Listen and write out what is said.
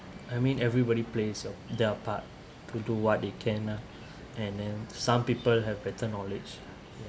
I mean everybody plays their part to do what they can ah and then some people have better knowledge